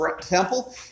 temple